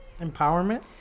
empowerment